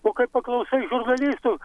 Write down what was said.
o kai paklausai žurnalistų